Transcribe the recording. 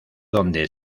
donde